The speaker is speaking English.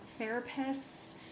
therapists